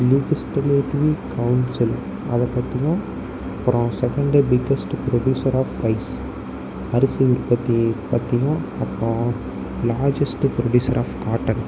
legislative council அதை பற்றியும் அப்புறம் second biggest producer of rice அரிசி உற்பத்தி பற்றியும் அப்புறம் லாஜஸ்ட்டு ப்ரொடியூசர் ஆஃப் காட்டன்